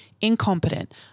incompetent